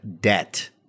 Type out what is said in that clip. debt